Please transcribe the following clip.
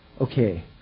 Okay